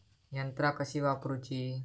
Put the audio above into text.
यंत्रा कशी वापरूची?